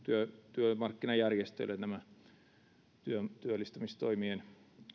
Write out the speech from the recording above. työmarkkinajärjestöille työllistämistoimien